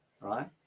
right